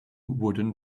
wooden